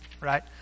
right